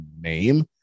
name